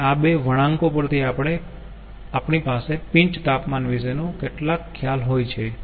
અને આ બે વળાંકો પરથી આપણી પાસે પિન્ચ તાપમાન વિશે નો કેટલોક ખ્યાલ હોય છે